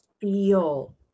Feel